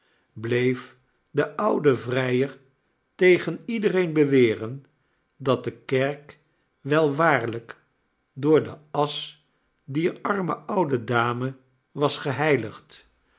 bleef de oude vrijer tegen iedereen beweren dat de kerk wel waarlijk door de asch dier arme oude dame was